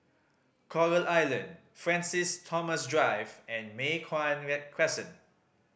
Coral Island Francis Thomas Drive and Mei Hwan Crescent